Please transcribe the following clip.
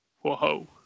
whoa